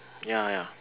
ya ya